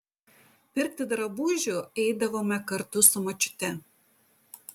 pirkti drabužių eidavome kartu su močiute